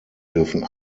dürfen